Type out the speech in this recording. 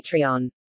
Patreon